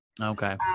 okay